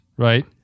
right